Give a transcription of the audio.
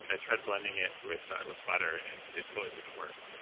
i tried blending it with with butter and it it totally didn't work,